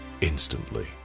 instantly